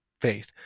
faith